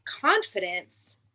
confidence